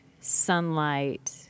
sunlight